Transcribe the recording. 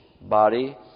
body